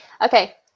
Okay